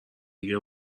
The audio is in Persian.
دیگه